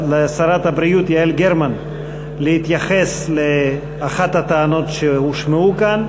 לשרת הבריאות יעל גרמן להתייחס לאחת הטענות שהושמעו כאן.